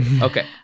Okay